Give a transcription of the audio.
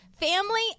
family